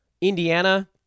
indiana